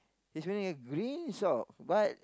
he's wearing a green sock but